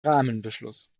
rahmenbeschluss